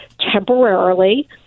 temporarily